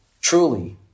truly